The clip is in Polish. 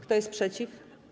Kto jest przeciw?